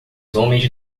homens